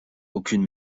aucune